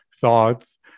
thoughts